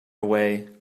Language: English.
away